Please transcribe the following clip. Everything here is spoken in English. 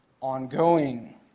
ongoing